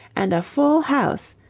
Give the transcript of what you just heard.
and a full house,